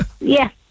Yes